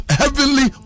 heavenly